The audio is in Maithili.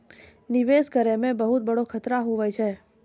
निवेश करै मे बहुत बड़ो खतरा भी हुवै छै